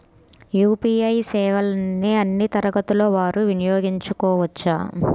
UPI సేవలని అన్నీ తరగతుల వారు వినయోగించుకోవచ్చా?